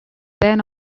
then